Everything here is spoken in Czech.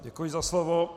Děkuji za slovo.